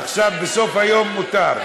עכשיו בסוף היום מותר.